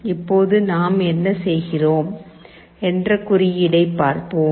இப்போது நாம் என்ன செய்கிறோம் என்ற குறியீடை பார்ப்போம்